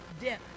death